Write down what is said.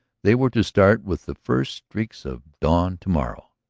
they were to start with the first streaks of dawn to-morrow,